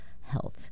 health